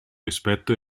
rispetto